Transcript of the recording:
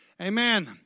Amen